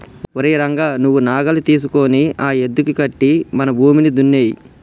ఓరై రంగ నువ్వు నాగలి తీసుకొని ఆ యద్దుకి కట్టి మన భూమిని దున్నేయి